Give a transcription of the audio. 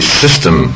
system